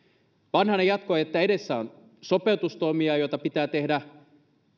vanhanen jatkoi että edessä on sopeutustoimia joita pitää tehdä